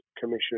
Commission